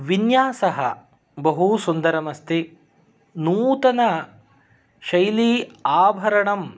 विन्यासः बहूसुन्दरम् अस्ति नूतनशैली आभरणं